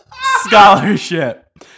Scholarship